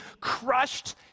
crushed